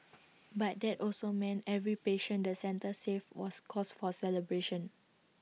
but that also meant every patient the centre saved was cause for celebration